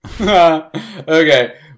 Okay